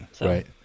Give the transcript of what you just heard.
right